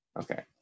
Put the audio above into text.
Okay